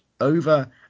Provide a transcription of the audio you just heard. over